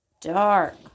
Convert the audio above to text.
dark